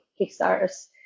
Kickstarters